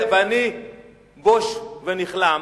אני בוש ונכלם